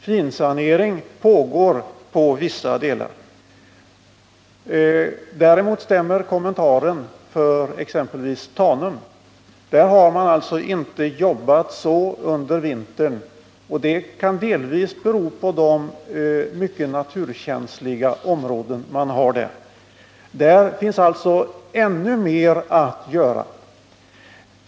Finsanering pågår på vissa delar. Däremot stämmer kommentaren för exempelvis Tanum. Där har man inte jobbat så mycket under vintern. Det kan delvis bero på de mycket känsliga naturområden man har där. Det finns alltså ännu mer att göra.